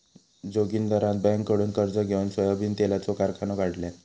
जोगिंदरान बँककडुन कर्ज घेउन सोयाबीन तेलाचो कारखानो काढल्यान